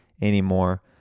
anymore